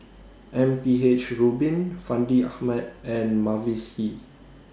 M P H Rubin Fandi Ahmad and Mavis Hee